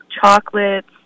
chocolates